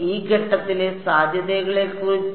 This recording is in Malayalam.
ഈ ഘട്ടത്തിലെ സാധ്യതകളെക്കുറിച്ച്